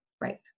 Right